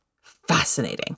fascinating